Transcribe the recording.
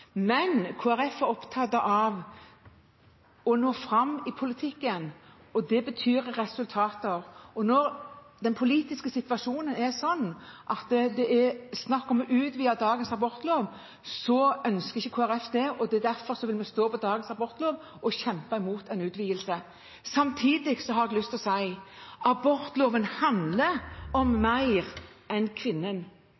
men Kristelig Folkeparti er opptatt av å nå fram i politikken. Det betyr resultater. Når den politiske situasjonen er sånn at det er snakk om å utvide dagens abortlov, ønsker ikke Kristelig Folkeparti det, og derfor vil vi stå på dagens abortlov og kjempe mot en utvidelse. Samtidig har jeg lyst til å si at abortloven handler om